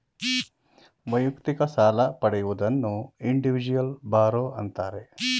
ವೈಯಕ್ತಿಕ ಸಾಲ ಪಡೆಯುವುದನ್ನು ಇಂಡಿವಿಜುವಲ್ ಬಾರೋ ಅಂತಾರೆ